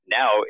now